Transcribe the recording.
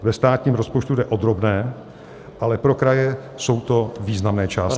Ve státním rozpočtu jde o drobné, ale pro kraje jsou to významné částky